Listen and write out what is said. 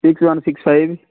six one six five